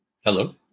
Hello